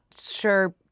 sure